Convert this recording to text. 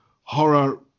horror